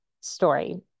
story